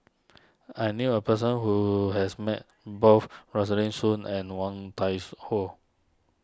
I knew a person who has met both Rosaline Soon and Woon Tai Su Ho